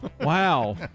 Wow